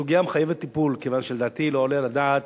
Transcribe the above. הסוגיה מחייבת טיפול, כי לדעתי, לא עולה על הדעת,